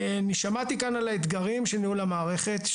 אני שמעתי כאן על האתגרים של ניהול המערכת,